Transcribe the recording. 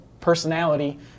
personality